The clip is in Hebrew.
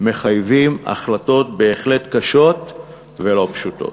מחייבים החלטות בהחלט קשות ולא פשוטות.